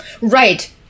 Right